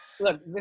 Look